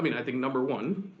i mean i think number one,